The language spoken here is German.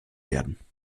werden